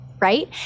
right